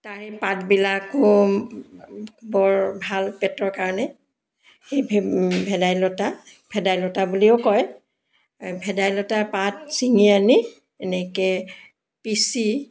তাৰে পাতবিলাকো বৰ ভাল পেটৰ কাৰণে এই ভেদাইলতা ভেদাইলতা বুলিও কয় ভেদাইলতাৰ পাত চিঙি আনি এনেকৈ পিচি